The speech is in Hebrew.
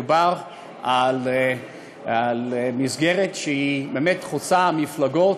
מדובר על מסגרת שבאמת חוצה מפלגות,